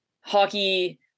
hockey